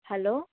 hello